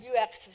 UX